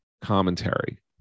commentary